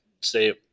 say